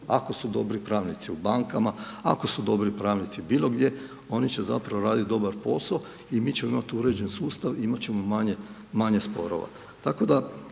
Ako su dobri pravnici u bankama, ako su dobri pravnici bilo gdje oni će zapravo raditi dobar posao i mi ćemo imati uređen sustav, imati ćemo manje sporova.